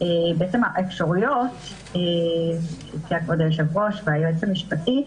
האפשרויות שהציעו כבוד היושב-ראש והיועץ המשפטי.